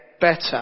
better